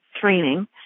training